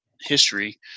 history